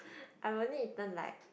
I only eaten like